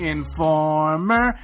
Informer